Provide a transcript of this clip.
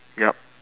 yup